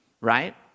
right